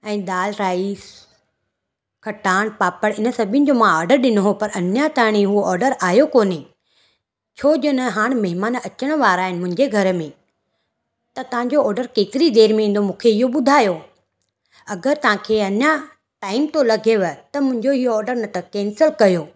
ऐं दालि राइस खटाणि पापड़ इन सभिनि जो मां ऑडर ॾिनो हुओ पर अञा ताईं उहो ऑडर आहियो कोन्हे छोजो न हाणे महिमान अचण वारा आहिनि मुंहिंजे घर में त तव्हांजो ऑडर केतिरी देर में ईंदो मूंखे इहो ॿुधायो अगरि तव्हांखे अञा टाइम थो लॻेव त मुंहिंजो इहो ऑडर न त कैंसिल कयो